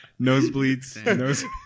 Nosebleeds